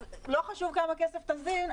אז לא חשוב כמה כסף תזין,